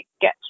get